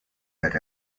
per